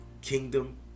Kingdom